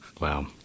Wow